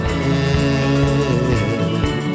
head